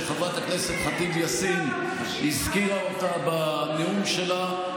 שחברת הכנסת ח'טיב יאסין הזכירה אותן בנאום שלה,